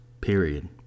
Period